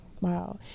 Wow